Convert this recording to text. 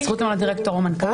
זכות למנות דירקטור או מנכ"ל.